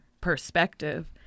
perspective